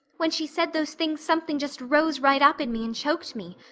when she said those things something just rose right up in me and choked me.